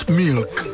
milk